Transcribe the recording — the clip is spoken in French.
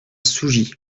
sougy